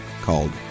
called